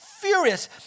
Furious